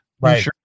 Right